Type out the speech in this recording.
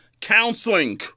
counseling